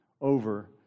over